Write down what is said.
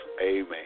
Amen